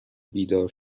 بیدار